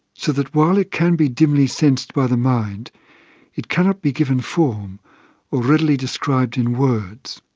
so that while it can be dimly sensed by the mind it cannot be given form or readily described in words.